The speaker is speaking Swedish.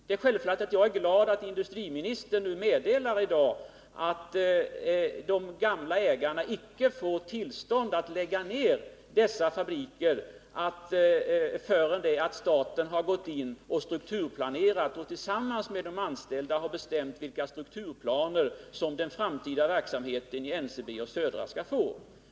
Det är självklart att jag är glad över att industriministern i dag meddelar att de gamla ägarna icke får tillstånd att lägga ned fabrikerna förrän staten har gått in och tillsammans med de anställda har bestämt vilka strukturplaner som skall gälla för den framtida verksamheten i NCB och Södra Skogsägarna.